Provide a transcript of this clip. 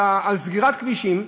על סגירת כבישים,